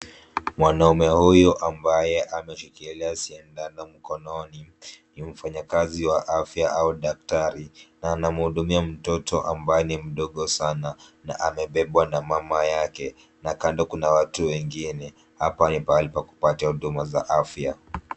Mwanaume huyu ambaye amesikilia sindanmkononi, ni mfanyakazi kazi wa afya au daktari. Na anamhudimia mtoto ambaye ni mdogo sana na amebebwa na mama yake. Na kando kuna watu wengine. Hapa ni pahali pa kupata huduma za afya.